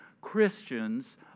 Christians